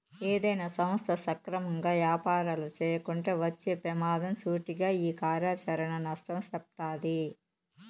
ఏదైనా సంస్థ సక్రమంగా యాపారాలు చేయకుంటే వచ్చే పెమాదం సూటిగా ఈ కార్యాచరణ నష్టం సెప్తాది